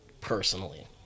personally